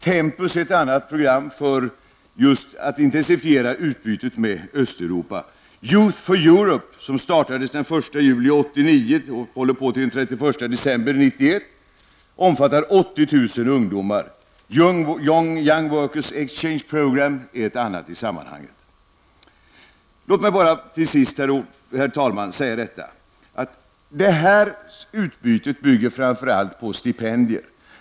Tempus är ytterligare ett program som är till för att just intensifiera utbytet med Östeuropa. Young Workers Exchange programme är också ett program. Till sist, herr talman, vill jag bara framhålla att ett sådant här utbyte framför allt bygger på stipendier.